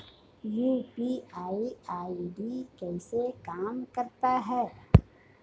UPI ID कैसे काम करता है?